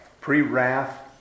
pre-wrath